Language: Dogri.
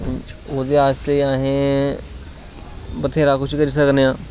ओहदे आस्ते अस बथैरा कुछ करी सकने आं